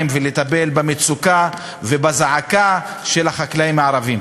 ולטפל במצוקה ובזעקה של החקלאים הערבים.